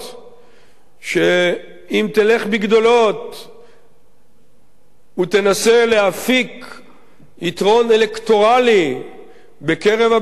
שאם תלך בגדולות ותנסה להפיק יתרון אלקטורלי בקרב הבדואים בנגב,